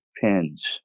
pins